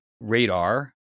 Radar